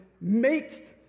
Make